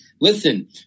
Listen